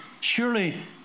Surely